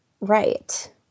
Right